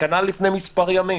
כך היה גם לפני מספר ימים.